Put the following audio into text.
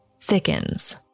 thickens